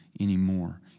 Anymore